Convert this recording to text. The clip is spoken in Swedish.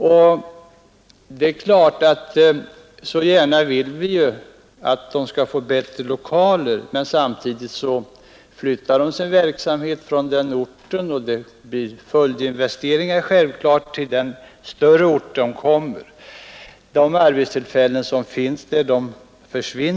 Vi vill självfallet gärna att dessa företag skall få bättre lokaler, men när de flyttar sin verksamhet från orten uppstår ju följdinvesteringar på den större ort dit de kommer. Samtidigt försvinner arbetstillfällen på den mindre orten.